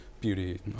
Beauty